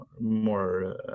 more